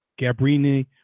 Gabrini